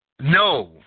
No